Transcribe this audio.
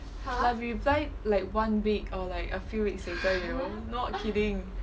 like we reply like one week or like a few weeks later you know not kidding